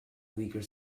weaker